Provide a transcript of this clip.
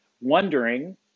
wondering